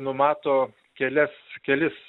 numato kelias kelis